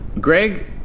Greg